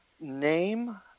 name